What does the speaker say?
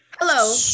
hello